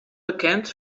bekend